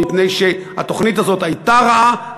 מפני שהתוכנית הזאת הייתה רעה,